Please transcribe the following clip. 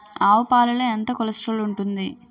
ఆవు పాలలో ఎంత కొలెస్ట్రాల్ ఉంటుంది?